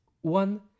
one